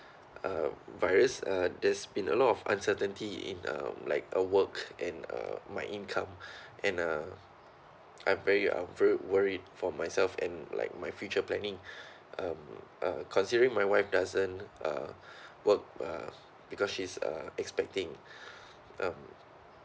uh virus uh there's been a lot of uncertainty in uh like our work and uh my income and uh I'm very uh very worried for myself and like my future planning um uh considering my wife doesn't uh work uh because she's uh expecting um